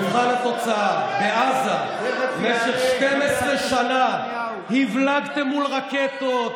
במבחן התוצאה, בעזה במשך 12 שנה הבלגתם מול רקטות.